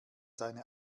seine